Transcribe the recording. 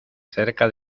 cerca